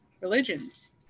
religions